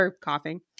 coughing